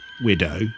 widow